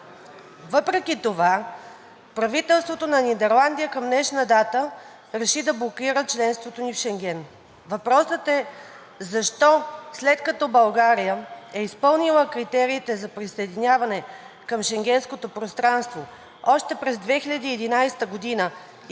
Въпреки това правителството на Нидерландия към днешна дата реши да блокира членството ни в Шенген. Въпросът е защо, след като България е изпълнила критериите за присъединяване към Шенгенското пространство още през 2011 г. и